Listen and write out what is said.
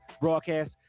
broadcast